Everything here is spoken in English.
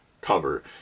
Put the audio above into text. cover